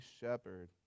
shepherd